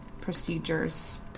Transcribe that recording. procedures